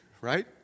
right